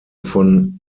von